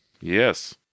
Yes